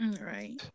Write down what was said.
Right